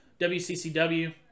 WCCW